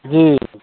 जी